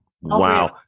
wow